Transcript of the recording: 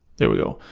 there we go,